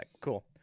Cool